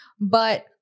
But-